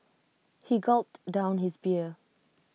he gulped down his beer